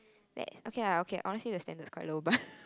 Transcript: that okay lah okay lah honestly that standard is quite low but